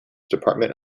department